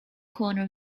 corner